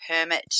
permit